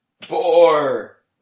Four